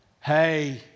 Hey